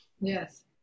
Yes